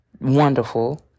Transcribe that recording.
wonderful